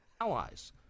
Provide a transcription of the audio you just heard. ...allies